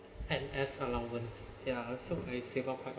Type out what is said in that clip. N_S allowance ya so I save up